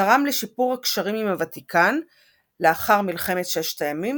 תרם לשיפור הקשרים עם הוותיקן לאחר מלחמת ששת הימים,